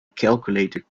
calculator